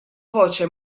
voce